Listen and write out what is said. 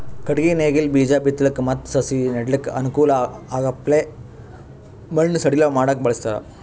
ಕಟ್ಟಗಿ ನೇಗಿಲ್ ಬೀಜಾ ಬಿತ್ತಲಕ್ ಮತ್ತ್ ಸಸಿ ನೆಡಲಕ್ಕ್ ಅನುಕೂಲ್ ಆಗಪ್ಲೆ ಮಣ್ಣ್ ಸಡಿಲ್ ಮಾಡಕ್ಕ್ ಬಳಸ್ತಾರ್